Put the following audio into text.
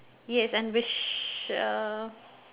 yes and wish uh